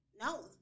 No